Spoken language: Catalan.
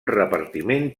repartiment